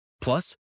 Plus